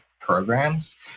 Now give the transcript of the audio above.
programs